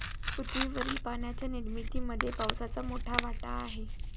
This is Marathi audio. पृथ्वीवरील पाण्याच्या निर्मितीमध्ये पावसाचा मोठा वाटा आहे